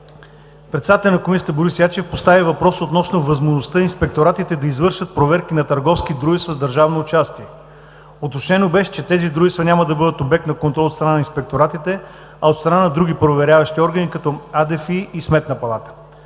председателят на комисията Борис Ячев постави въпрос относно възможността инспекторатите да извършват проверки на търговски дружества с държавно участие. Уточнено беше, че тези дружества няма да бъдат обект на контрол от страна на инспекторатите, а от страна на други проверяващи органи като Агенцията за